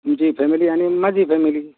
तुमची फॅमिली आनि माझी फॅमिली